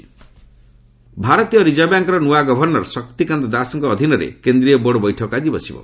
RBI board ଭାରତୀୟ reserve ବ୍ୟାଙ୍କ୍ର ନୂଆ ଗଭର୍ଣ୍ଣର ଶକ୍ତିକାନ୍ତ ଦାସଙ୍କ ଅଧୀନରେ କେନ୍ଦୀୟ ବୋର୍ଡ ବୈଠକ ଆଜି ବସିବ